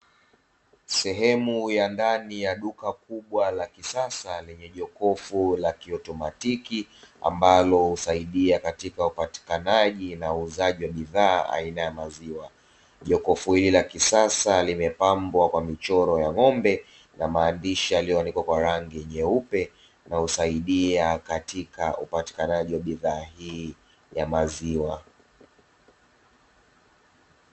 Sehemu ya ndani ya duka kubwa la kisasa lenye jokofu la kiotomatiki ambalo husaidia katika upatikanaji na uuzaji wa bidhaa aina ya maziwa. Jokofu hili la kisasa limepambwa kwa michoro ya ng'ombe na maandishi yaliyoandikwa kwa rangi nyeupe, na husaidia katika upatikanaji wa bidhaa hii ya maziwa.